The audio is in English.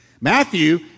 Matthew